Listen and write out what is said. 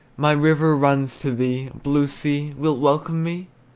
my river runs to thee blue sea, wilt welcome me?